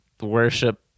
worship